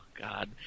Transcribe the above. God